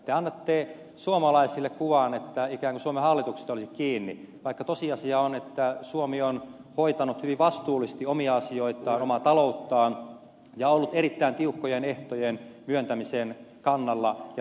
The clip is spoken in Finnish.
te annatte suomalaisille kuvan että se olisi ikään kuin suomen hallituksesta kiinni vaikka tosiasia on että suomi on hoitanut hyvin vastuullisesti omia asioitaan omaa talouttaan ja ollut erittäin tiukkojen ehtojen myöntämisen kannalla ja takana